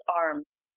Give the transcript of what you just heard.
arms